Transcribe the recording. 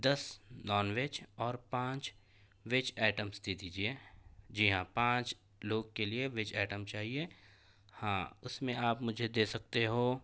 دس non veg اور پانچ veg items دے دیجیے جی ہاں پانچ لوگ کے لیے ویج آئٹم چاہیے ہاں اس میں آپ مجھے دے سکتے ہو